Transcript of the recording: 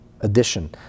edition